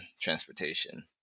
transportation